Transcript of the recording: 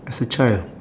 as a child